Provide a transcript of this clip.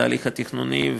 התהליך התכנוני.